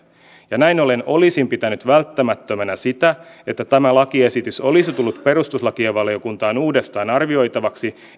ja näin ollen olisin pitänyt välttämättömänä sitä että tämä lakiesitys olisi tullut perustuslakivaliokuntaan uudestaan arvioitavaksi